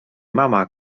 mama